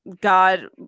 God